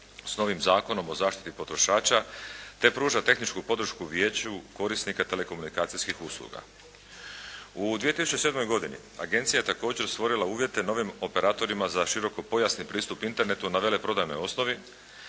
s novim Zakonom o zaštiti potrošača te pruža tehničku podršku Vijeću korisnika telekomunikacijskih usluga. U 2007. godini, agencija je također stvorila uvjete novim operatorima za širokopojasni pristup internetu na veleprodajnoj osnovi,